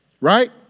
Right